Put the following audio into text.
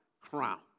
crown